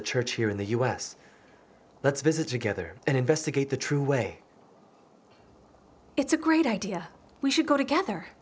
a church here in the us let's visit to gether and investigate the true way it's a great idea we should go together